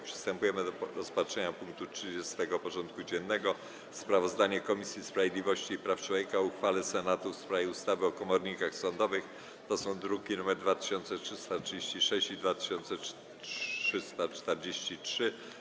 Przystępujemy do rozpatrzenia punktu 30. porządku dziennego: Sprawozdanie Komisji Sprawiedliwości i Praw Człowieka o uchwale Senatu w sprawie ustawy o komornikach sądowych (druki nr 2336 i 2343)